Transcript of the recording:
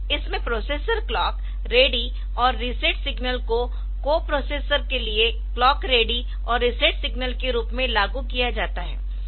इसमें processor clock ready और reset signal को कोप्रोसेसर के लिए क्लॉक रेडी और रीसेट सिग्नल के रूप में लागू किया जाता है